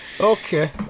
Okay